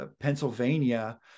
Pennsylvania